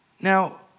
Now